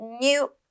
new